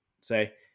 say